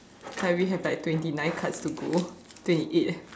like we have like twenty nine cards to go twenty eight